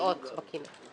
בתביעות בכנרת.